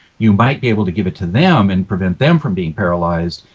you might be able to give it to them and prevent them from being paralyzed.